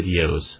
videos